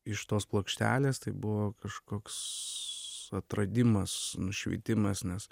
iš tos plokštelės tai buvo kažkoks atradimas nušvitimas nes